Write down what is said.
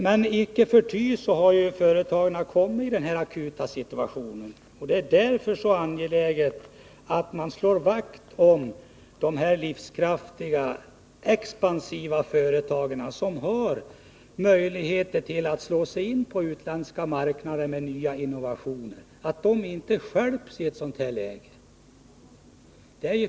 Men icke förty har företagen hamnat i en akut situation, och därför är det nu angeläget att slå vakt om de livskraftiga, expansiva företag som har möjligheter att slå sig in på utländska marknader med innovationer.